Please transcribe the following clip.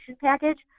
package